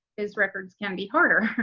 his records can be harder,